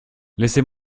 laissez